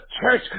church